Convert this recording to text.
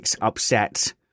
upset